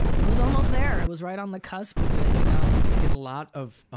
it was almost there. it was right on the cusp of it, you know? i get a lot of